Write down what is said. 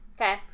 Okay